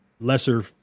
lesser